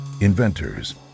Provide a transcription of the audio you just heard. inventors